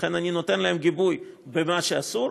ולכן אני נותן להם גיבוי במה שאסור,